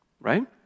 Right